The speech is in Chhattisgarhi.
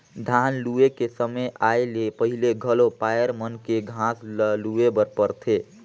धान लूए के समे आए ले पहिले घलो पायर मन के घांस ल लूए बर परथे